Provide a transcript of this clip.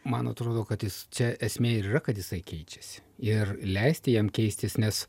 man atrodo kad jis čia esmė ir yra kad jisai keičiasi ir leisti jam keistis nes